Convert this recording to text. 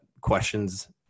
questions